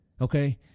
Okay